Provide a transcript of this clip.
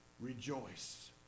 rejoice